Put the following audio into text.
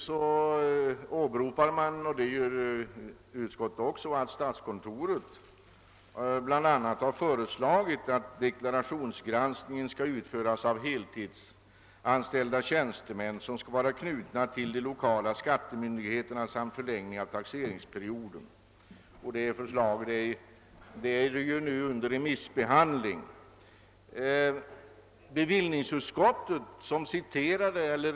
Här åberopar man nu — och det har utskottet också gjort — att statskontoret har föreslagit att deklarationsgranskningen skall utföras av heltidsanställda tjänstemän, knutna till de lokala skattemyndigheterna, och att taxeringsperioden skall förlängas. Det förslaget är nu under remissbehandling. Bevillningsutskottet har bara redogiort för det utan att ta ställning.